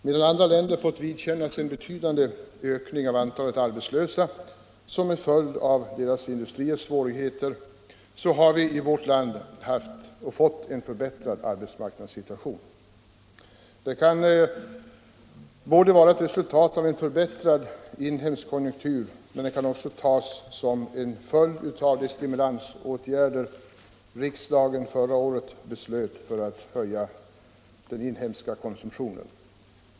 Medan andra länder fått vidkännas en betydande ökning av antalet arbetslösa som en följd av deras industris svårigheter, har vi i vårt land fått en förbättrad arbetsmarknadssituation. Det kan vara ett resultat av en förbättrad inhemsk konjunktur, men det kan också tas som en följd av de stimulansåtgärder riksdagen förra året beslöt för att höja den inhemska konsumtionen.